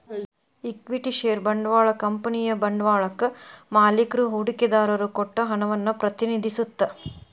equity share ಬಂಡವಾಳ ಕಂಪನಿಯ ಬಂಡವಾಳಕ್ಕಾ ಮಾಲಿಕ್ರು ಹೂಡಿಕೆದಾರರು ಕೊಟ್ಟ ಹಣವನ್ನ ಪ್ರತಿನಿಧಿಸತ್ತ